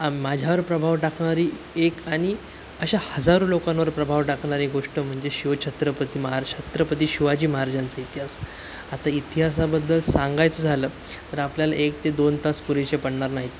माझ्यावर प्रभाव टाकणारी एक आणि अशा हजारो लोकांवर प्रभाव टाकणारी गोष्ट म्हणजे शिवछत्रपती महारा छत्रपती शिवाजी महाराजांचा इतिहास आता इतिहासाबद्दल सांगायचं झालं तर आपल्याला एक ते दोन तास पुरेसे पडणार नाहीत